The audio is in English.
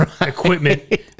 equipment